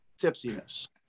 tipsiness